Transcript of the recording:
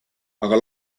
aga